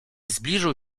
zbliżył